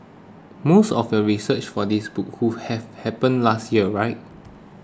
most of your research for this book who have happened last year right